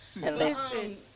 Listen